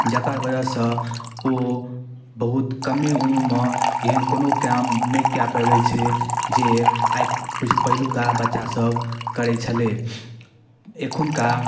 जकर वजहसँ ओ बहुत कमे उम्रमे एहन कोनो काम नहि कऽ पाबै छै जे आइ पहिलुका बच्चासभ करै छलै एखुनका